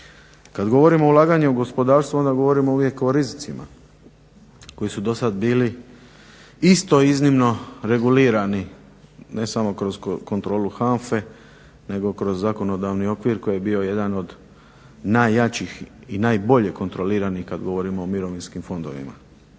Kada govorimo o ulaganju u gospodarstvo onda govorimo uvijek o rizicima koji su do sada bili isto iznimno regulirani ne samo kroz kontrolu HANFA-e nego kroz zakonodavni okvir koji je bio jedan od najjačih i najboljih kontroliranih kada govorimo o mirovinskim fondovima.